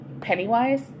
Pennywise